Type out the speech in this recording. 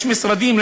יש משרדים,